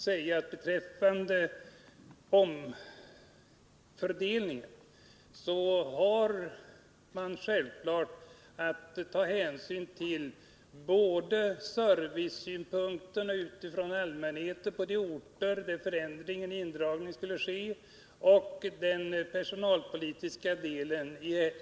I fråga om omfördelning av tjänster har man självfallet att ta hänsyn både till vilken service som allmänheten erbjuds på de orter där indragning skall ske och till personalpolitiska synpunkter.